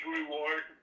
reward